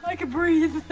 ah could breathe.